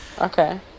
Okay